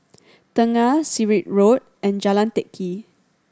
Tengah Sirat Road and Jalan Teck Kee